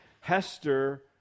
Hester